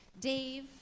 Dave